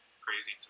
crazy